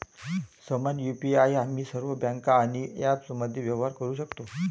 समान यु.पी.आई आम्ही सर्व बँका आणि ॲप्समध्ये व्यवहार करू शकतो